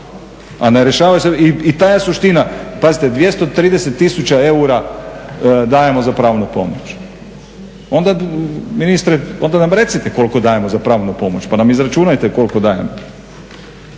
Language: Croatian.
A ne rješavaju se, i ta je suština. Pazite 230 tisuća eura dajemo za pravnu pomoć. Onda ministre nam recite koliko dajemo za pravnu pomoć pa nam izračunate koliko dajemo.